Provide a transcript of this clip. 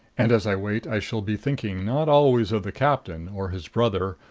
and as i wait i shall be thinking not always of the captain, or his brother,